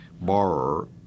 borrower